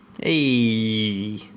Hey